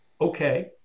okay